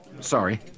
sorry